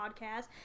podcast